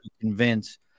convince